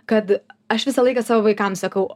kad aš visą laiką savo vaikam sakau